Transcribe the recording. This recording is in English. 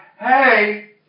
hey